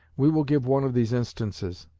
we will give one of these instances.